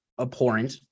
abhorrent